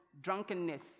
drunkenness